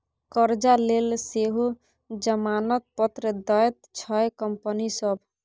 करजा लेल सेहो जमानत पत्र दैत छै कंपनी सभ